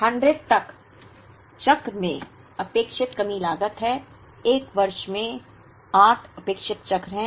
तो 100 एक चक्र में अपेक्षित कमी लागत है एक वर्ष में 8 अपेक्षित चक्र हैं